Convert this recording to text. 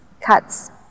cuts